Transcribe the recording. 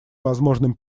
возможным